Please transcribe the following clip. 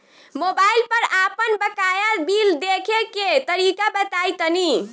Mobile पर आपन बाकाया बिल देखे के तरीका बताईं तनि?